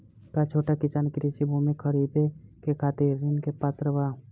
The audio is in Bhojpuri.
का छोट किसान कृषि भूमि खरीदे के खातिर ऋण के पात्र बा?